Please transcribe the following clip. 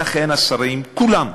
ואכן השרים, כולם,